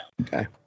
okay